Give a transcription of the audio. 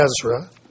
Ezra